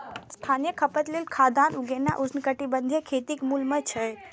स्थानीय खपत लेल खाद्यान्न उगेनाय उष्णकटिबंधीय खेतीक मूल मे छै